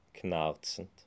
knarzend